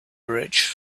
rich